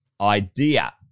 idea